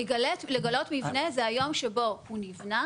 לגלות מבנה זה היום שבו הוא נבנה.